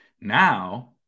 now